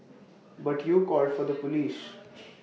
but you called for the Police